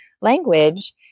language